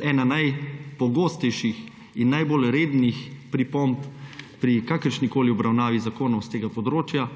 Ena najpogostejših in najbolj rednih pripomb pri kakršnikoli obravnavi zakonov s tega področja,